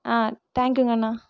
ஆ தேங்க்யூங்கண்ணா